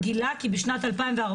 גילה כי בשנת 2017,